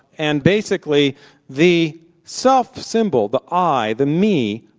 and basically the self-symbol, the i, the me,